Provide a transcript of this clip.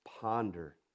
ponder